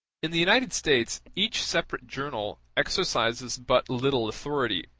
in the united states each separate journal exercises but little authority,